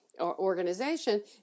organization